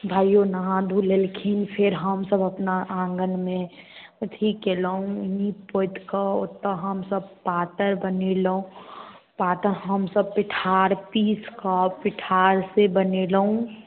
भाइओ नहा धो लेलखिन फेर हमसब अपना आङ्गनमे अथी कयलहुँ नीप पोतिकऽ ओतऽ हमसब पातरि बनेलहुँ पातरि हमसब पिठार पीसिकऽ पिठार से बनेलहुँ